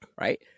right